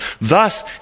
Thus